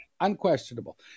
unquestionable